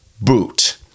boot